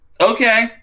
okay